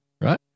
right